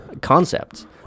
concepts